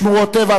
שמורות טבע,